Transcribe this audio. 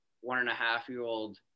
one-and-a-half-year-old